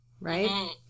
right